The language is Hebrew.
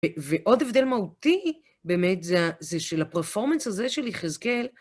ועוד הבדל מהותי, באמת, זה של הפרפורמנס הזה של יחזקאל.